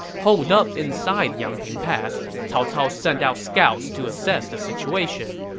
holed up inside yangping pass, cao cao sent out scouts to assess the situation,